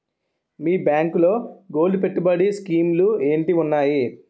మీ బ్యాంకులో గోల్డ్ పెట్టుబడి స్కీం లు ఏంటి వున్నాయి?